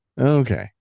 Okay